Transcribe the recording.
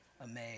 Amazed